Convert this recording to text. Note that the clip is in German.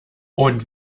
und